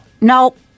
nope